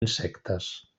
insectes